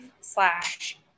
slash